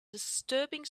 disturbing